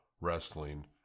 wrestling